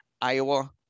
Iowa